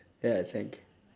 ya exactly